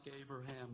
Abraham